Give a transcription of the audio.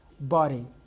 body